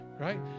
right